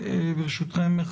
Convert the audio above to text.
ברשותכם,